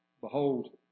Behold